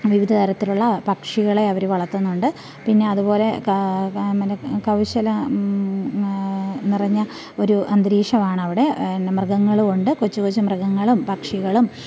വിവിധതരത്തിലുള്ള പക്ഷികളെ അവർ വളർത്തുന്നുണ്ട് പിന്നെ അതുപോലെ പിന്നെ കൗശല നെറഞ്ഞ ഒരു അന്തരീക്ഷം ആണവിടെ മൃഗങ്ങളുമുണ്ട് കൊച്ചു കൊച്ചു മൃഗങ്ങളും പക്ഷികളും